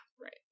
right